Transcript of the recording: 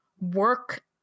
work